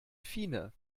fine